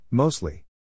Mostly